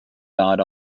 died